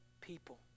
people